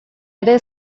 ere